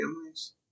families